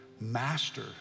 master